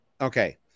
Okay